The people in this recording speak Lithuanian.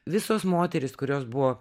visos moterys kurios buvo